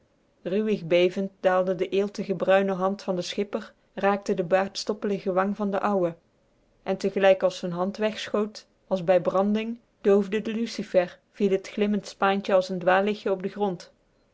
ruwig bevend daalde de eeltige bruine hand van den schipper raakte de baardstoppelige wang van den ouwe en tegelijk als z'n hand wegschoot als bij branding doofde de lucifer viel t glimmend spaantje als n dwaallichtje op den grond